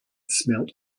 smelt